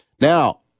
Now